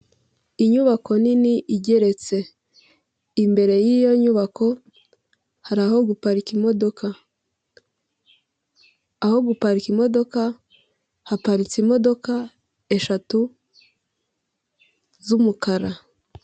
Inyubako nini igeretse, imbere yiyo nyubako hari aho guparika imodoka, aho guparika imodoka, haparitse imodoka eshatu z'umukara.